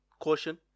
caution